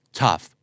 tough